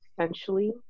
essentially